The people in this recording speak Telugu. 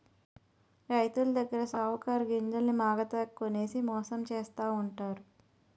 రైతులదగ్గర సావుకారులు గింజల్ని మాగతాకి కొనేసి మోసం చేస్తావుంటారు